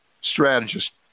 strategist